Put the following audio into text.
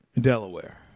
Delaware